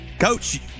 Coach